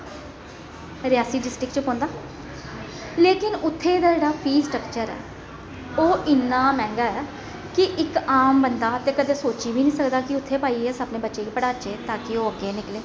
Reasi district च पोंदा लेकिन उत्थै दा जेह्ड़ा फीस स्टकचर ऐ ओह् इन्ना मैंह्गा ऐ कि इक आम बंदा ते कदें सोची बी नेईं सकदा कि उत्थै भाई अस अपने बच्चें गी पढ़ाचे तां कि ओह् अग्गें निकले